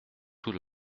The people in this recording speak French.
tout